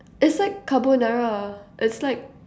it's like carbonara it's like